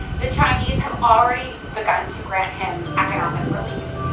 the chinese have already begun to grant him economic relief.